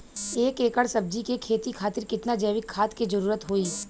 एक एकड़ सब्जी के खेती खातिर कितना जैविक खाद के जरूरत होई?